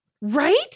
Right